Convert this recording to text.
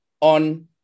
on